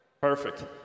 Perfect